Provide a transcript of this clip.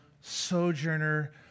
sojourner